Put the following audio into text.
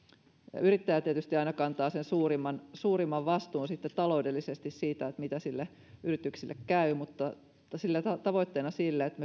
yrittäjät tietysti aina kantavat sen suurimman suurimman vastuun taloudellisesti siitä mitä sille yritykselle käy mutta mutta tavoitteena siinä että